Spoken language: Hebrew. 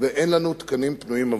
ואין לנו תקנים פנויים בעבורם.